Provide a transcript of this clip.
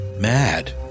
mad